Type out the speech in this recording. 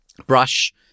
brush